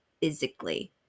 physically